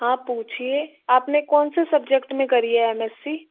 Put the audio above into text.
हाँ पूछिए अपने कौन से सब्जेक्ट में करी है एम एस सी